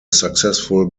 successful